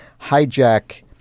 hijack